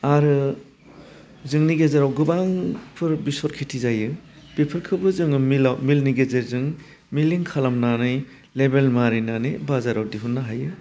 आरो जोंनि गेजेराव गोबांफोर बेसर खिथि जायो बेफोरखौबो जोंङो मिलाव मिलनि गेजेरजों मिलिं खालामनानै लेभेल मारिनानै बाजाराव दिहुनो हायो